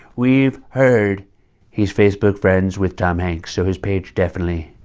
we've heard he's facebook friends with tom hanks. so his page definitely,